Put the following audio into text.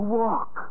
walk